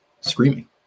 screaming